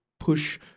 Push